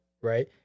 right